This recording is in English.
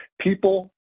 People